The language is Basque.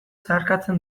zeharkatzen